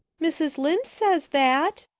mrs. lynde says that,